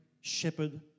shepherd